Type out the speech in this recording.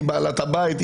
היא בעלת הבית,